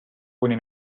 kuni